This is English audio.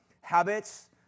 Habits